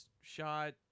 shot